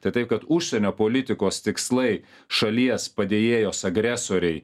tai taip kad užsienio politikos tikslai šalies padėjėjos agresorei